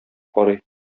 карый